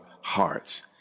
hearts